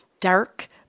dark